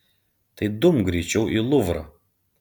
tai dumk greičiau į luvrą